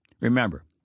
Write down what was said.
Remember